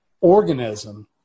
organism